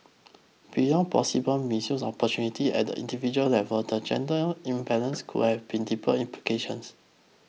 beyond possible missed opportunities at the individual level the gender imbalance could have deeper implications